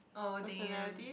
oh damn